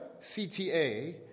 CTA